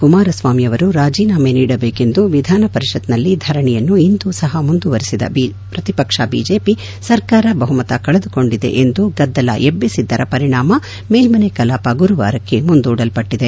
ಕುಮಾರಸ್ವಾಮಿಯವರು ರಾಜೀನಾಮೆ ನೀಡಬೇಕೆಂದು ವಿಧಾನಪರಿಷತ್ ನಲ್ಲಿ ಧರಣಿಯನ್ನು ಇಂದು ಸಹ ಮುಂದುವರೆಸಿದ ಪ್ರತಿಪಕ್ಷ ಬಿಜೆಪಿ ಸರ್ಕಾರ ಬಹುಮತ ಕಳೆದುಕೊಂಡಿದೆ ಎಂದು ಗದ್ದಲ ಎಬ್ಬಿಸಿದ್ದರ ಪರಿಣಾಮ ಮೇಲ್ವನೆ ಕಲಾಪ ಗುರುವಾರಕ್ಕೆ ಮುಂದೂಡಲ್ಪಟ್ಟದೆ